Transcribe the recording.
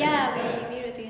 ya we we rode together